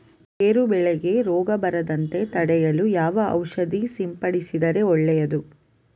ಗೇರು ಬೆಳೆಗೆ ರೋಗ ಬರದಂತೆ ತಡೆಯಲು ಯಾವ ಔಷಧಿ ಸಿಂಪಡಿಸಿದರೆ ಒಳ್ಳೆಯದು?